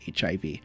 HIV